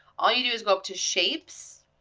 all you do is go up to shapes,